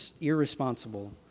irresponsible